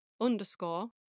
underscore